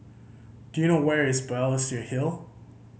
do you know where is Balestier Hill